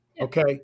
Okay